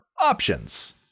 options